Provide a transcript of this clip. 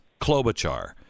Klobuchar